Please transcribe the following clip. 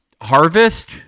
harvest